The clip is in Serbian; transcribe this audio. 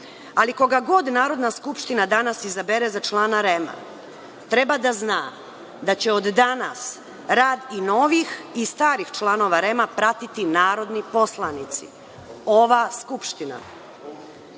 Ali, koga god Narodna skupština danas izabere za člana REM-a, treba da zna da će od danas rad i novih i starih članova REM-a pratiti narodni poslanici, ova Skupština. Prema